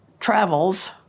Travels